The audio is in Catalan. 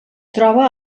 troba